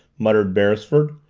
muttered beresford,